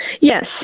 Yes